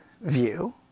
view